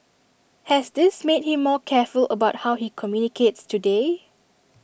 has this made him more careful about how he communicates today